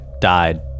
died